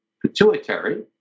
pituitary